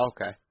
Okay